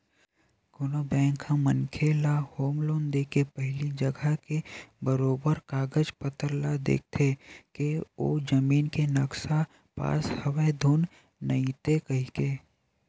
कोनो बेंक ह मनखे ल होम लोन देके पहिली जघा के बरोबर कागज पतर ल देखथे के ओ जमीन के नक्सा पास हवय धुन नइते कहिके